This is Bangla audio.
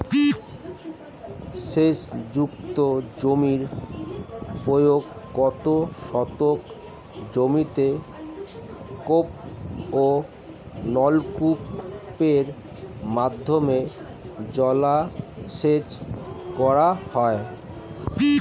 সেচ যুক্ত জমির প্রায় কত শতাংশ জমিতে কূপ ও নলকূপের মাধ্যমে জলসেচ করা হয়?